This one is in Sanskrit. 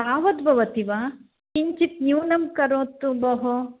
तावत् भवति वा किञ्चित् न्यूनं करोतु भोः